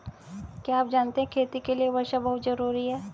क्या आप जानते है खेती के लिर वर्षा बहुत ज़रूरी है?